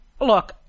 look